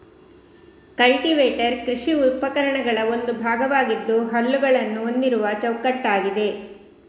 cultivator ಕೃಷಿ ಉಪಕರಣಗಳ ಒಂದು ಭಾಗವಾಗಿದ್ದು ಹಲ್ಲುಗಳನ್ನ ಹೊಂದಿರುವ ಚೌಕಟ್ಟಾಗಿದೆ